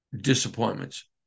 disappointments